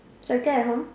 my dad at home